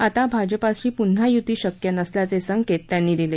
आता भाजपाशी पुन्हा युती शक्य नसल्याचे संकेत त्यांनी दिले